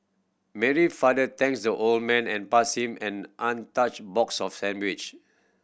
Mary father thanks the old man and pass him an untouched box of sandwich